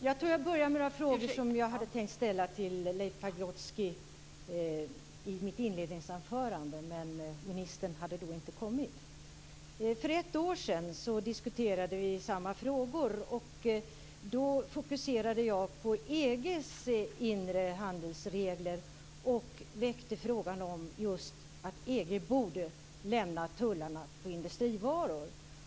Fru talman! Jag börjar med några frågor som jag hade tänkt ställa till Leif Pagrotsky i mitt inledningsanförande, men ministern hade då inte kommit. För ett år sedan diskuterade vi samma frågor. Då fokuserade jag på EG:s inre handelsregler och väckte just frågan om att EG borde lämna tullarna på industrivaror.